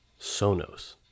Sonos